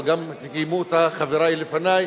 אבל גם קיימו אותה חברי לפני,